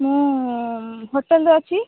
ମୁଁ ହୋଟେଲରେ ଅଛି